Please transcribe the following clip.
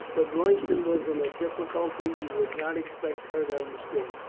but royston was in a difficulty you would not expect her to understand.